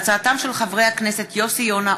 הצעתם של חברי הכנסת יוסי יונה,